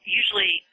usually